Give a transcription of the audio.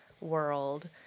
world